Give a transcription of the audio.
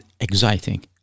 exciting